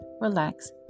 relax